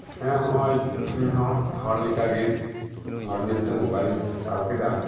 ᱦᱮᱸ ᱦᱚᱸᱜᱚᱭ ᱤᱧᱦᱚ ᱦᱚᱲᱞᱮᱠᱟᱜᱤ ᱦᱚᱲᱧᱮᱞᱛᱮ ᱢᱚᱵᱟᱭᱤᱞᱤᱧ ᱦᱟᱛᱟᱣ ᱠᱮᱫᱟ